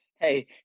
Hey